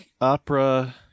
opera